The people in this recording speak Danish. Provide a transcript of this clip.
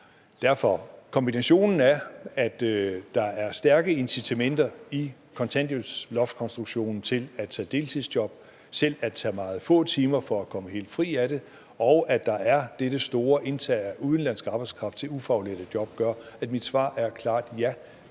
af, at der er stærke incitamenter i kontanthjælpsloftskonstruktionen til at tage deltidsjob, selv at tage meget få timer for at komme helt fri af den, og at der er dette store indtag af udenlandsk arbejdskraft til ufaglærte job, gør, at mit svar er et klart ja,